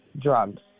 drugs